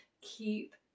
keep